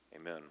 amen